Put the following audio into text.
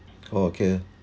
okay but